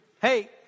Hey